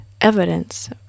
evidence